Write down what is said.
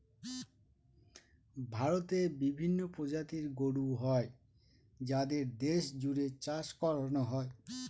ভারতে বিভিন্ন প্রজাতির গরু হয় যাদের দেশ জুড়ে চাষ করানো হয়